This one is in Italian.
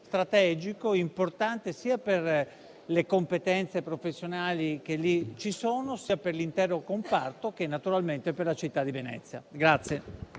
strategico e importante per le competenze professionali che ci sono, per l'intero comparto e, naturalmente, per la città di Venezia.